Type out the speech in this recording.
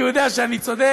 כי הוא יודע שאני צודק.